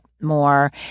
more